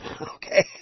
Okay